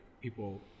people